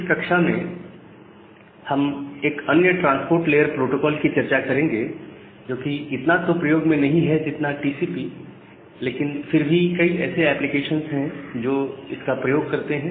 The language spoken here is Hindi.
इस कक्षा में हम एक अन्य ट्रांसपोर्ट लेयर प्रोटोकोल की चर्चा करेंगे जो कि इतना तो प्रयोग में नहीं है जितना टीसीपी की लेकिन फिर भी कई ऐसे एप्लीकेशंस हैं जो इसका प्रयोग करते हैं